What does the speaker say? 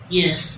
yes